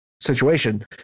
situation